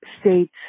states